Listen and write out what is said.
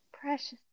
precious